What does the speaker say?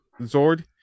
Zord